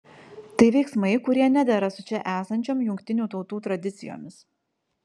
tai veiksmai kurie nedera su čia esančiom jungtinių tautų tradicijomis